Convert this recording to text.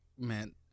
man